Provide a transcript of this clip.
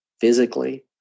physically